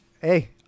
hey